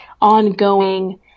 ongoing